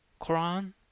Quran